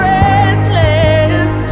restless